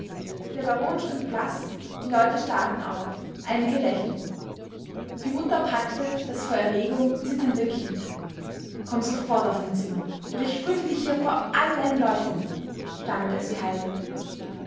der baron stand blaß die leute starrten auf einige lächelten die mutter packte das vor erregung zitternde kind komm sofort auf dein zimmer oder ich prügle dich hier vor allen leuten stammelte sie heiser